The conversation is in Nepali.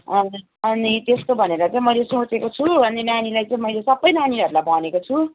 अनि त्यस्तो भनेर चाहिँ मैले सोचेको छु अनि नानीलाई चाहिँ मैले सबै नानीहरूलाई भनेको छु